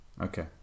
Okay